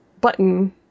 button